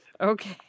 Okay